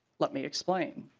let me explain.